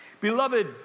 Beloved